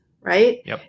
Right